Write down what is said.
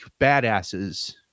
badasses